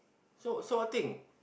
so so what thing